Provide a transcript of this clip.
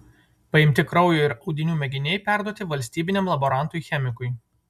paimti kraujo ir audinių mėginiai perduoti valstybiniam laborantui chemikui